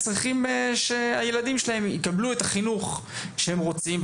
וצריכים שהילדים שלהם יקבלו את החינוך שהם רוצים.